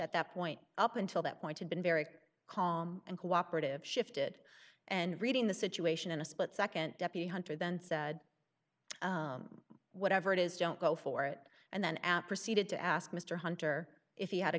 at that point up until that point had been very calm and cooperative shifted and reading the situation in a split nd deputy hunter then said whatever it is don't go for it and then add proceeded to ask mr hunter if he had a